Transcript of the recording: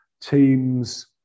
teams